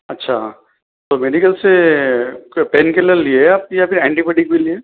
اچھا تو میڈیکل سے پین کیلر لیے آپ یا پھر اینٹی بائیوٹیک بھی لیے